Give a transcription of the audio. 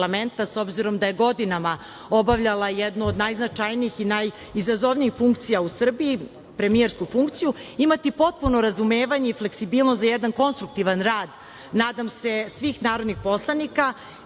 s obzirom da je godinama obavljala jednu od najznačajnijih i najizazovnijih funkcija u Srbiji, premijersku funkciju, imati potpuno razumevanje i fleksibilnost za jedan konstruktivan rad, nadam se, svih narodnih poslanika,